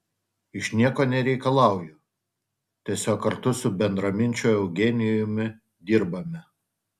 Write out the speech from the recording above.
iš nieko nereikalauju tiesiog kartu su bendraminčiu eugenijumi dirbame